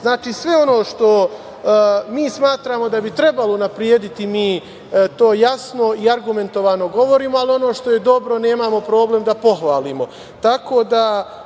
sve ono što mi smatramo da bi trebalo unaprediti, mi to jasno i argumentovano govorimo, ali ono što je dobro nemamo problem da pohvalimo,